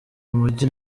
mujyi